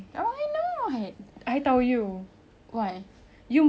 you makan jer dah memilih dah cerewet abeh you nak step